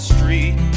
Street